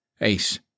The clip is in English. Ace